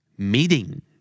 Meeting